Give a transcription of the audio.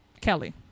Kelly